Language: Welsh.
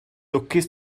lwcus